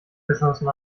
geschossen